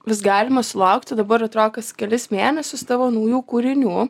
vis galima sulaukti dabar atrodo kas kelis mėnesius tavo naujų kūrinių